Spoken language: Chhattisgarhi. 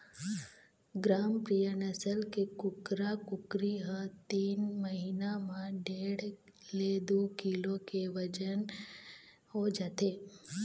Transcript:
ग्रामप्रिया नसल के कुकरा कुकरी ह तीन महिना म डेढ़ ले दू किलो के बजन हो जाथे